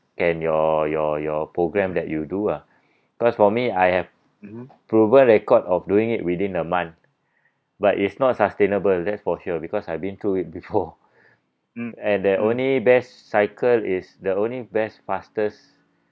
and your your your programme that you do ah because for me I have proven record of doing it within a month but it's not sustainable that's for sure because I've been through it before and the only best cycle is the only best fastest